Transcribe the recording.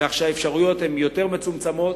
לכן האפשרויות הן יותר מצומצמות.